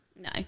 No